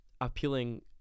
appealing